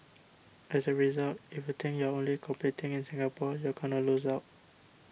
as a result if you think you're only competing in Singapore you're going to lose out